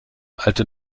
alte